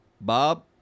Bob